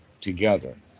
together